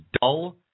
dull